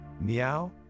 meow